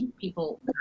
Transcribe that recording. people